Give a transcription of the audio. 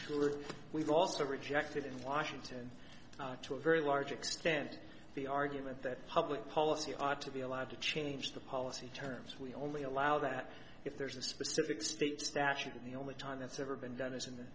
true we've also rejected in washington to a very large extent the argument that public policy ought to be allowed to change the policy terms we only allow that if there's a specific state statute the only time that's ever been